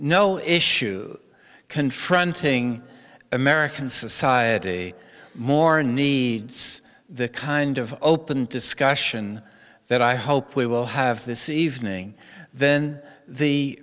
no issues confronting american society more needs the kind of open discussion that i hope we will have this evening then the